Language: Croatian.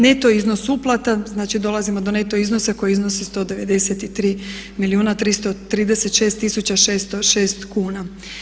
Neto iznos uplata znači, dolazimo do neto iznosa koji iznosi 193 milijuna 336 tisuća 606 kuna.